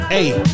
Hey